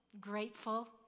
grateful